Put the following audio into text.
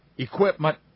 Equipment